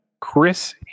Chris